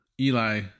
Eli